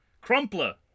Crumpler